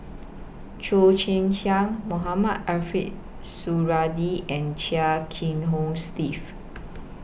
Cheo Chai Hiang Mohamed Ariff Suradi and Chia Kiah Hong Steve